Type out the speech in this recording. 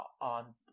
on